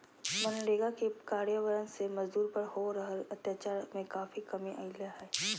मनरेगा के कार्यान्वन से मजदूर पर हो रहल अत्याचार में काफी कमी अईले हें